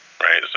right